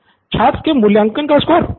pro बाला छात्र के मूल्यांकन का स्कोर